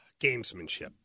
gamesmanship